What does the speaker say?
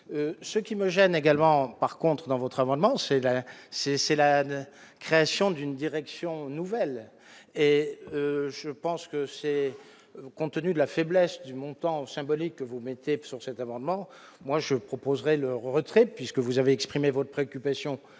ce qui me gêne également, par contre, dans votre amendement c'est la c'est c'est la ne création d'une direction nouvelle et je pense que c'est le contenu de la faiblesse du montant symbolique que vous mettez sur cet amendement, moi je proposerais le retrait puisque vous avez exprimé votre préoccupation